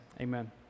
amen